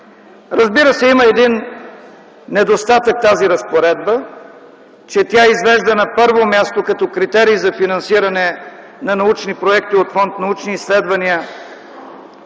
Разбира се, има един недостатък тази разпоредба, че тя извежда на първо място като критерий за финансиране на научни проекти от Фонд „Научни изследвания”